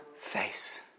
face